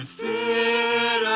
fit